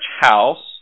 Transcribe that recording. house